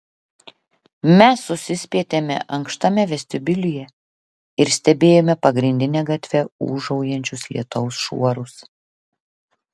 mes susispietėme ankštame vestibiulyje ir stebėjome pagrindine gatve ūžaujančius lietaus šuorus